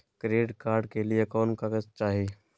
Credit card के लिए कौन कागज चाही?